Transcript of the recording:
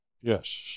Yes